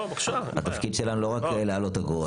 התפקיד שלנו לא רק להעלות אגרות,